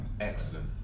excellent